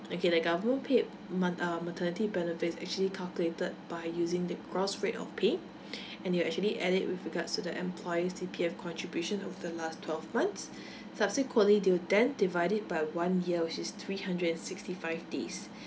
okay the government paid month um maternity benefit is actually calculated by using the gross rate of pay and you actually add it with regards to the employee's C_P_F contribution of the last twelve months subsequently you then divide it by one year which is three hundred and sixty five days